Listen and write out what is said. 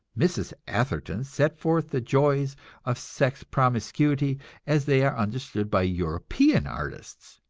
mrs. atherton set forth the joys of sex promiscuity as they are understood by european artists,